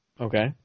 Okay